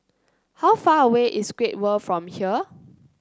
how far away is Great World from here